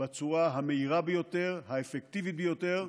בצורה המהירה ביותר והאפקטיבית ביותר,